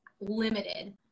limited